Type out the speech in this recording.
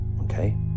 okay